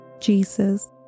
Jesus